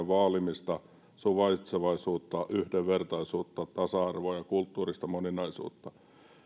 vaalimista suvaitsevaisuutta yhdenvertaisuutta tasa arvoa ja kulttuurista moninaisuutta